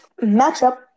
matchup